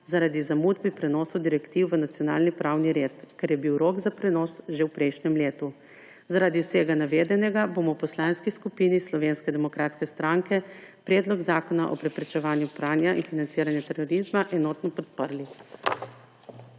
zaradi zamud pri prenos direktiv v nacionalni pravni red, ker je bil rok za prenos že v prejšnjem letu. Zaradi vsega navedenega bomo v Poslanski skupini Slovenske demokratske stranke Predlog zakona o preprečevanju pranja in financiranju terorizma enotno podprli.